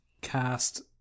cast